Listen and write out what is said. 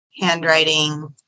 handwriting